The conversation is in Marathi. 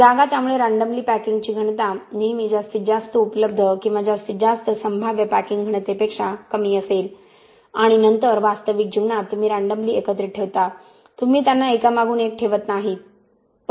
जागा त्यामुळे रँडमली पॅकिंगची घनता नेहमी जास्तीत जास्त उपलब्ध किंवा जास्तीत जास्त संभाव्य पॅकिंग घनतेपेक्षा कमी असेल आणि नंतर वास्तविक जीवनात तुम्ही रँडमली एकत्रित ठेवता तुम्ही त्यांना एकामागून एक ठेवत नाही